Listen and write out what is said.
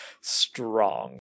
strong